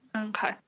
Okay